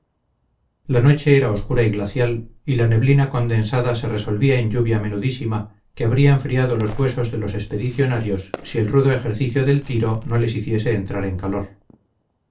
la noche era oscura glacial y la neblina condensada se resolvía en lluvia menudísima que habría enfriado los huesos de los expedicionarios si el rudo ejército del tiro no les hiciese entrar en calor